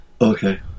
Okay